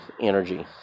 energy